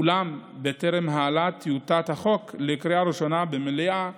אולם בטרם העלאת טיוטת החוק לקריאה ראשונה במליאה